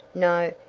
no,